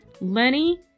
Lenny